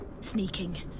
Sneaking